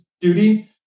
duty